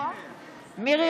מירי